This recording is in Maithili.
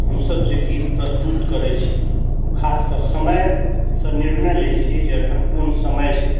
हमसब जे गीत प्रस्तुत करै छी ओ खासकऽ समयसँ निर्णय लै छिए जे एखन कोन समय छै